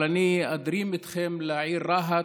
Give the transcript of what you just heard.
אבל אני אדרים איתכם לעיר רהט,